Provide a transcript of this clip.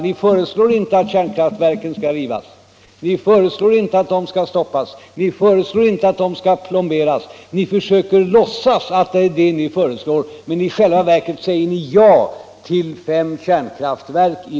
Ni föreslår inte att kärnkraftverken skall rivas, ni föreslår inte att de skall stoppas, ni föreslår inte att de skall plomberas. Ni låtsas att det är det ni föreslår, men i själva verket säger ni i dag ja till fem kärnkraftverk.